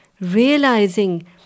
realizing